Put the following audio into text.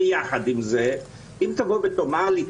עם זאת, אם תבוא ותאמר לי: